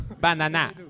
Banana